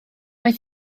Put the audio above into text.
mae